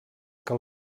que